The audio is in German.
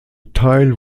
teil